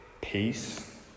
peace